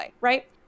right